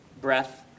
breath